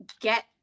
get